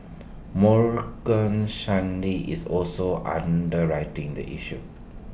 Morgan Stanley is also underwriting the issue